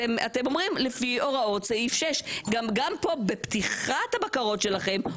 אתם אומרים לפי הוראות סעיף 6. גם פה בפתיחת הבקרות שלכם,